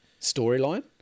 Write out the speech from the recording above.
storyline